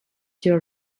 sur